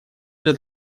для